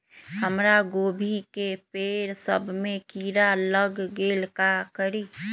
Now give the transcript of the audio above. हमरा गोभी के पेड़ सब में किरा लग गेल का करी?